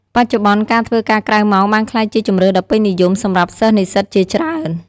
បច្ចុប្បន្ន ការធ្វើការក្រៅម៉ោងបានក្លាយជាជម្រើសដ៏ពេញនិយមសម្រាប់សិស្សនិស្សិតជាច្រើន។